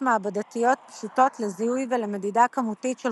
מעבדתיות פשוטות לזיהוי ולמדידה כמותית של